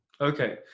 Okay